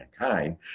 mankind